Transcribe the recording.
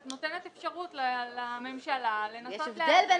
את נותנת אפשרות לממשלה לנסות --- יש הבדל בין